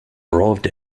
arrived